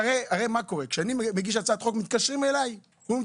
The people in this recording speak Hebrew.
כשאני מגיש הצעת חוק מתקשרים אלי ואומרים,